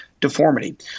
deformity